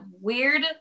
weird